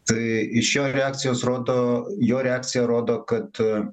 tai iš jo reakcijos rodo jo reakcija rodo kad